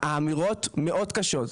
האמירות מאוד קשות,